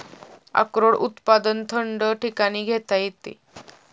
अक्रोड उत्पादन थंड ठिकाणी घेता येते